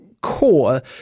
core